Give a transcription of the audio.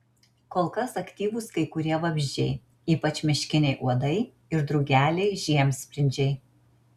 kol kas aktyvūs kai kurie vabzdžiai ypač miškiniai uodai ir drugeliai žiemsprindžiai